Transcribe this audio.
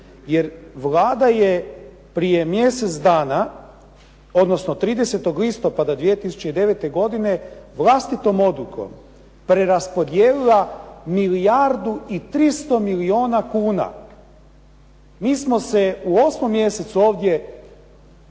jer Vlada je prije mjesec dana odnosno 30. listopada 2009. godine vlastitom odlukom preraspodijelila milijardu i 300 milijuna kuna. Mi smo se u osmom mjesecu ovdje